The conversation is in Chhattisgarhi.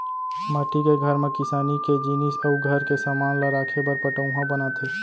माटी के घर म किसानी के जिनिस अउ घर के समान ल राखे बर पटउहॉं बनाथे